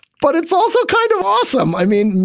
but it's also kind of awesome. i mean,